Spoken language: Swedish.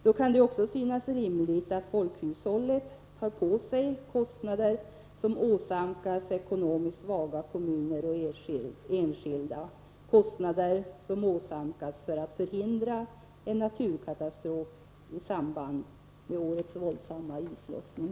Då kan det också synas rimligt att folkhushållet tar på sig de kostnader som åsamkas ekonomiskt svaga kommuner och enskilda, kostnader som åsamkats för att förhindra en naturkatastrof i samband med årets våldsamma islossning.